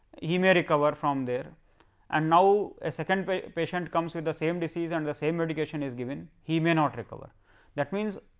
he may recover from there and now a second patient comes with the same disease and the same meditation is given, he may not recover that means,